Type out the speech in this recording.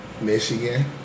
Michigan